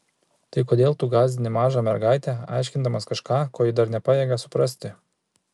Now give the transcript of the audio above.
tai kodėl tu gąsdini mažą mergaitę aiškindamas kažką ko ji dar nepajėgia suprasti